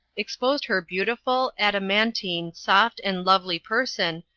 exposed her beautiful, adamantine, soft, and lovely person,